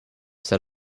set